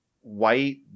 white